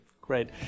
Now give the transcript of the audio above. Great